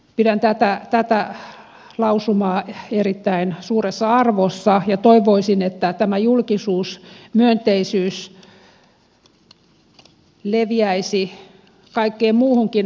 pidän tätä lausumaa erittäin suuressa arvossa ja toivoisin että tämä julkisuusmyönteisyys leviäisi kaikkeen muuhunkin hallintoon